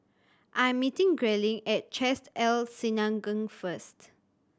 I am meeting Grayling at Chesed El Synagogue first